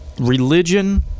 Religion